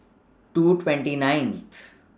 two twenty ninth